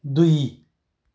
दुई